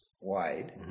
wide